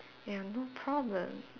ya no problem